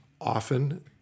often